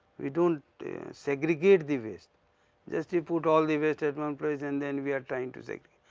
we do not segregate the waste just you put all the waste at one place and then we are trying to say.